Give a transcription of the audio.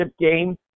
game